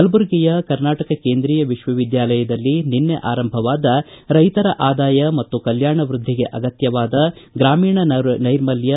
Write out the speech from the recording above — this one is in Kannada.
ಕಲಬುರ್ಗಿಯ ಕಡಗಂಚಿಯಲ್ಲಿರುವ ಕರ್ನಾಟಕ ಕೇಂದ್ರೀಯ ವಿಶ್ವವಿದ್ಯಾಲಯದಲ್ಲಿ ನಿನ್ನೆ ಆರಂಭವಾದ ರೈತರ ಆದಾಯ ಮತ್ತು ಕಲ್ಕಾಣ ವ್ಯದ್ಧಿಗೆ ಅಗತ್ಯವಾದ ಗ್ರಾಮೀಣ ನೈರ್ಮಲ್ಯ